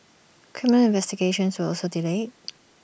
criminal investigations were also delayed